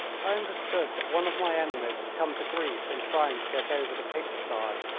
i understood that one of my enemies had come to grief in trying to get over the pig-sty.